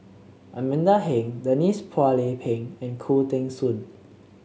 Amanda Heng Denise Phua Lay Peng and Khoo Teng Soon